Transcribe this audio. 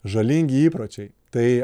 žalingi įpročiai tai